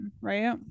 Right